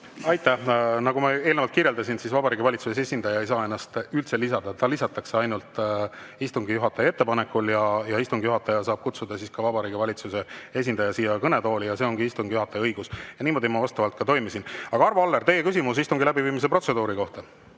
Aitäh! Nagu ma eelnevalt kirjeldasin, siis Vabariigi Valitsuse esindaja ei saa ennast üldse ise lisada, ta lisatakse ainult istungi juhataja ettepanekul. Istungi juhataja saab kutsuda Vabariigi Valitsuse esindaja siia kõnetooli ja see ongi istungi juhataja õigus. Niimoodi ma ka toimisin. Arvo Aller, teie küsimus istungi läbiviimise protseduuri kohta!